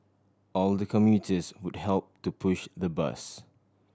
all the commuters would help to push the bus